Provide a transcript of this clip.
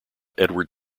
edward